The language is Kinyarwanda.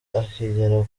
akigera